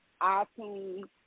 iTunes